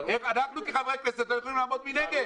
אנחנו כחברי הכנסת לא יכולים לעמוד מנגד.